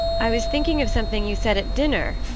i was thinking of something you said at dinner,